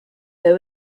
there